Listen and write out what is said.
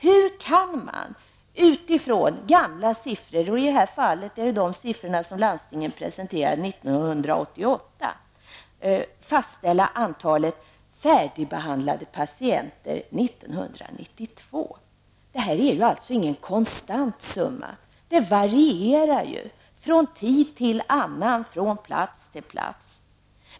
Hur kan man utifrån gamla siffror -- i det här fallet rör det sig om siffror som landstinget presenterade 1988 -- fastställa antalet färdigbehandlade patienter 1992? Det är inte något konstant antal. De varierar ju från tid till annan och från plats till plats.